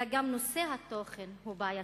אלא גם נושא התוכן הוא בעייתי,